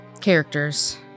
Characters